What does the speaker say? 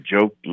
joke